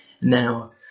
Now